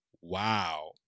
Wow